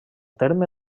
terme